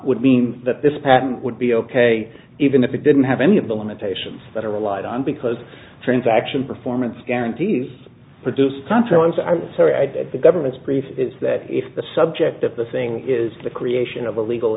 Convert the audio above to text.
would mean that this patent would be ok even if it didn't have any of the limitations that are relied on because transaction performance guarantees produced ontarians artists or add that the government's brief is that if the subject of the thing is the creation of a legal